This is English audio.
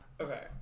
okay